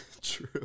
True